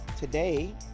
Today